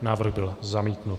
Návrh byl zamítnut.